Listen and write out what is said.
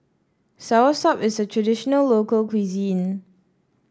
soursop is a traditional local cuisine